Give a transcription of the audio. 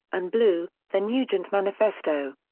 and blue the nugent manifesto.